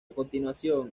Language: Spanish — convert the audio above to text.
continuación